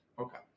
Okay